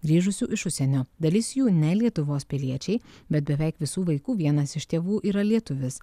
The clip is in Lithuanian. grįžusių iš užsienio dalis jų ne lietuvos piliečiai bet beveik visų vaikų vienas iš tėvų yra lietuvis